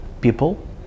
people